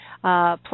play